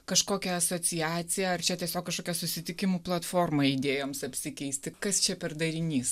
kažkokia asociacija ar čia tiesiog kažkokia susitikimų platforma idėjoms apsikeisti kas čia per darinys